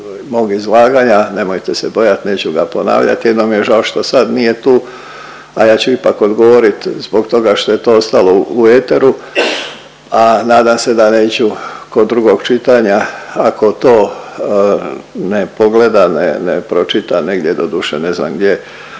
mog izlaganja, nemojte se bojati, neću ga ponavljati, jedino mi je žao što sad nije tu, a ja ću ipak odgovoriti zbog toga što je to ostalo u eteru, a nadam se da neću kod drugog čitanja, ako to ne pogleda, ne pročita, negdje, doduše, ne znam gdje,